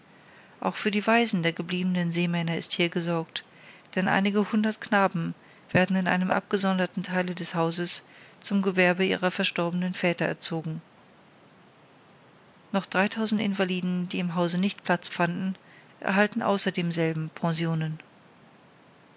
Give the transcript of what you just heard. auch für die waisen der gebliebenen seemänner ist hier gesorgt denn einige hundert knaben werden in einem abgesonderten teile des hauses zum gewerbe ihrer verstorbenen väter erzogen noch dreitausend invaliden die im hause nicht platz fanden erhalten außer demselben pensionen